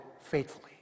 faithfully